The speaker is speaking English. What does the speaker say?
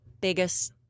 biggest